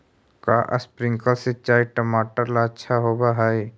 का स्प्रिंकलर सिंचाई टमाटर ला अच्छा होव हई?